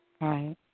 right